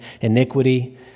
iniquity